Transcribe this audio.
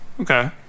Okay